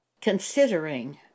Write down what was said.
considering